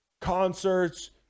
concerts